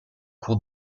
cour